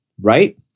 right